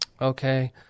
Okay